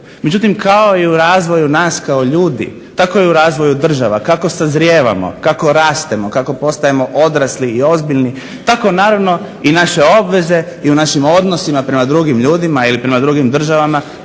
Međutim, kao i u razvoju nas kao ljudi, tako i razvoju država, kako sazrijevamo, kako rastemo kako postajemo odrasli i ozbiljni tako naravno i naše obveze i u našim odnosima prema drugim ljudima ili prema drugim državama,